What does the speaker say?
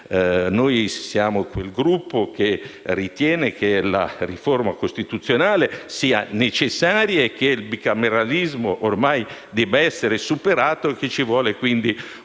nostro Gruppo ritiene che la riforma costituzionale sia necessaria, che il bicameralismo ormai debba essere superato e che ci voglia un'unica